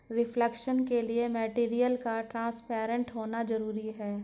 reflection के लिए material का ट्रांसपेरेंट होना जरूरी है